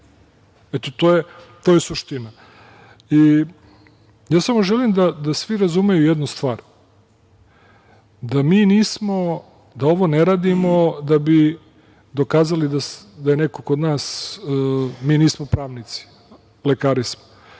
Eto to je suština. Ja samo želim da svi razumeju jednu stvar, da mi ovo ne radimo da bi dokazali da je neko kod nas.. Mi nismo pravnici, lekari smo.